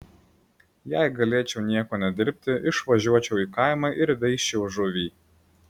jei galėčiau nieko nedirbti išvažiuočiau į kaimą ir veisčiau žuvį